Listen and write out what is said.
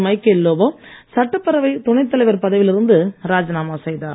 Michael Lobo சட்டப்பேரவைத் துணைத் தலைவர் பதவியில் இருந்து ராஜினாமா செய்தார்